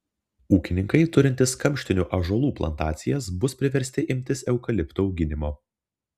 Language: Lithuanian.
ūkininkai turintys kamštinių ąžuolų plantacijas bus priversti imtis eukaliptų auginimo